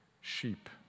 Sheep